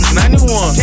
91